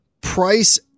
price